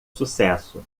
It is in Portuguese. sucesso